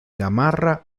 gamarra